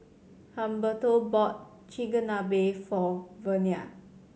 Humberto bought Chigenabe for Vernia